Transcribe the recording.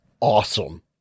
awesome